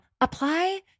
apply